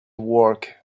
work